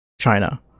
china